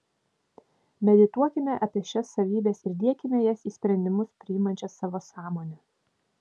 medituokime apie šias savybes ir diekime jas į sprendimus priimančią savo sąmonę